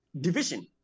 division